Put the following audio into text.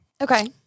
okay